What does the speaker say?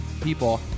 people